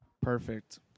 Perfect